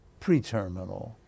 preterminal